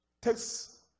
takes